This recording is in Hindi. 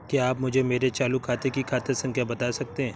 क्या आप मुझे मेरे चालू खाते की खाता संख्या बता सकते हैं?